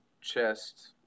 chest